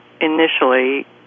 initially